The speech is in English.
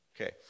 Okay